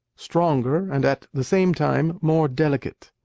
stronger and at the same time more delicate.